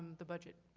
the budget.